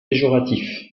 péjoratif